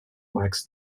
max